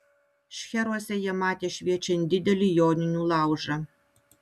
šcheruose jie matė šviečiant didelį joninių laužą